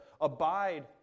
abide